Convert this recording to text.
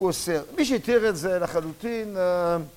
הוא עושה, מי שהתיר את זה לחלוטין